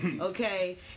okay